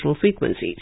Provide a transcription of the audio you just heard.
frequencies